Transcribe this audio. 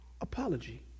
apology